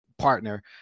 partner